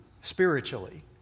spiritually